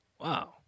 Wow